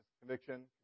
conviction